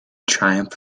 triumph